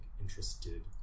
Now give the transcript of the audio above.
interested